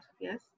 yes